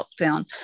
lockdown